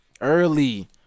early